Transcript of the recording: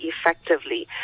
effectively